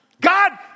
God